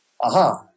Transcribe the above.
Aha